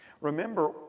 Remember